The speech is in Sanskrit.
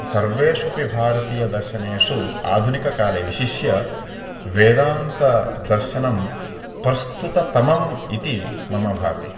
सर्वेषु अपि भारतीयदर्शनेषु आधुनिककाले विशिष्य वेदान्तदर्शनं प्रस्तुततमम् इति मम भाति